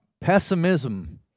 Pessimism